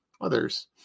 Others